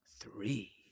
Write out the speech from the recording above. three